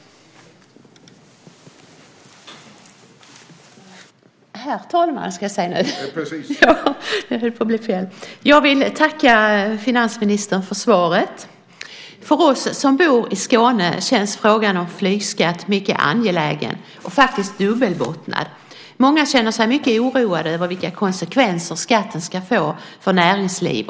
Då Ronny Olander, som framställt interpellationen, anmält att han var förhindrad att närvara vid sammanträdet medgav tredje vice talmannen att Kerstin Engle i stället fick delta i överläggningen.